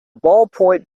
ballpoint